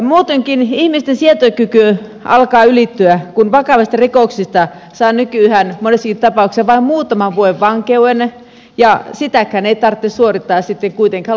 muutenkin ihmisten sietokyky alkaa ylittyä kun vakavista rikoksista saa nykyään monessakin tapauksessa vain muutaman vuoden vankeuden ja sitäkään ei sitten kuitenkaan tarvitse suorittaa loppuun asti